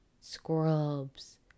scrubs